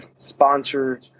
sponsor